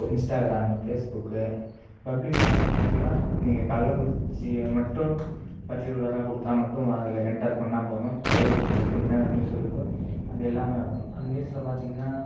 Instagram Facebook public ஆப்புனு பார்த்திங்கனா நீங்கள் கள்ளக்குறிச்சியை மட்டும் பர்ட்டிகுலராக கொடுத்தா மட்டும் வரதில்ல என்டர் பண்ணால் போதும் கள்ளக்குறிச்சி பற்றி என்னன்ன நியூஸ் இருக்கோ அது எல்லாம் வரும் அந்த நியூஸில் பார்த்திங்கனா